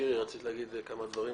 שירי, רצית להגיד כמה דברים?